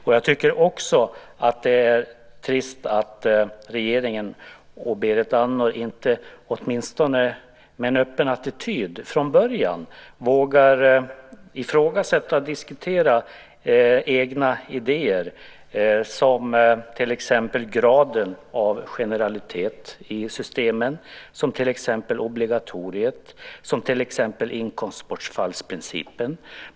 Jag tycker också att det är trist att regeringen och Berit Andnor inte från början med åtminstone en öppen attityd vågar ifrågasätta och diskutera egna idéer som till exempel graden av generalitet i systemen, som till exempel obligatoriet, som till exempel inkomstbortfallsprincipen.